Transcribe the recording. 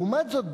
לעומת זאת,